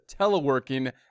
teleworking